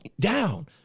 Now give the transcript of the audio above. down